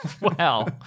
Wow